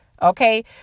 Okay